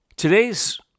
Today's